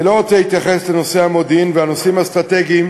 אני לא רוצה להתייחס לנושא המודיעין והנושאים האסטרטגיים,